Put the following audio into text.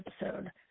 episode